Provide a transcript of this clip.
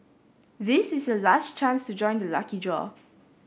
this is your last chance to join the lucky draw